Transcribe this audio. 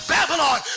Babylon